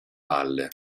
valle